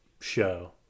show